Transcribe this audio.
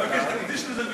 יברך את איתן ברושי,